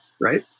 right